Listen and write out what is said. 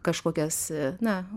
kažkokias na